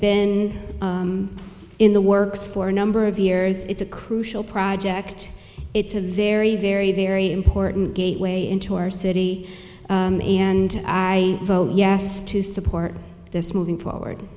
been in the works for a number of years it's a crucial project it's a very very very important gateway into our city and i vote yes to support this moving forward